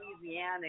Louisiana